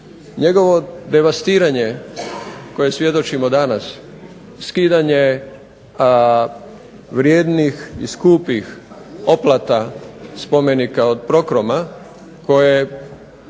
Njegovo devastiranje koje svjedočimo danas, skidanje vrijednih i skupih oplata spomenika od prokroma koje